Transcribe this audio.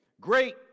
Great